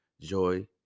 joy